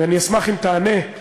ואני אשמח אם תענה,